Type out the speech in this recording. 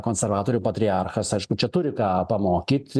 konservatorių patriarchas aišku čia turi ką pamokyt